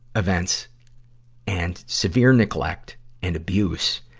events and severe neglect and abuse,